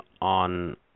on